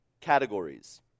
categories